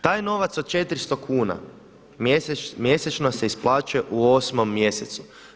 Taj novac od 400 kuna mjesečno se isplaćuje u 8 mjesecu.